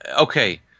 okay